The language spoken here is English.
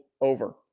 over